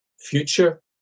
future